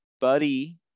buddy